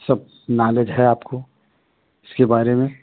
सब नालेज है आपको इसके बारे में